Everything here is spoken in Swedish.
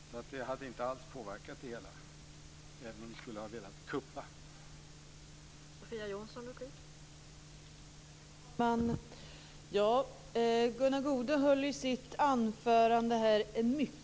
Det hade alltså inte alls påverkat det hela, även om vi skulle ha velat "kuppa" igenom motionen.